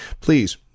please